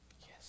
Yes